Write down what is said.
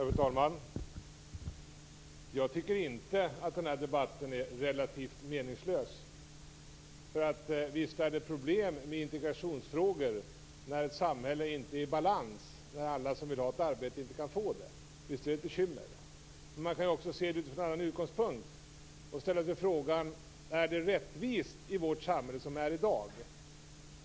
Fru talman! Jag tycker inte att debatten är relativt meningslös. Visst är det problem med integrationsfrågorna när ett samhälle inte är i balans och när alla som vill ha ett arbete inte kan få det. Visst är det ett bekymmer. Man kan också se det utifrån en annan utgångspunkt och ställa sig frågan om vårt samhälle är rättvist som det är i dag.